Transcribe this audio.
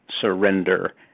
surrender